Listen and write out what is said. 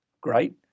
great